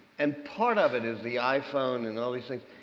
and part of it is the iphone and all these things.